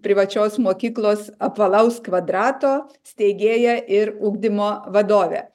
privačios mokyklos apvalaus kvadrato steigėja ir ugdymo vadovė